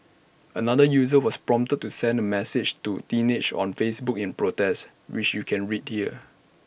another user was prompted to send A message to teenage on Facebook in protest which you can read here